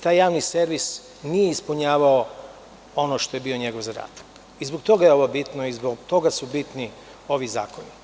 Taj javni servis nije ispunjavao ono što je bio njegov zadatak zbog toga ovo je ovo bitno i zbog toga su bitni ovi zakoni.